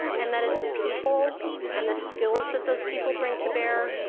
and that is the people and the skills that those people bring to bear,